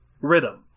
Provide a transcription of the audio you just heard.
Rhythm